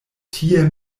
tie